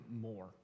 more